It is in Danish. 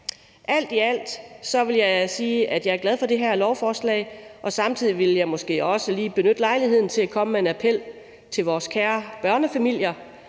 Alt i alt vil jeg sige, at jeg er glad for det her lovforslag. Samtidig vil jeg måske også lige benytte lejligheden til at komme med en appel til vores kære børnefamilier: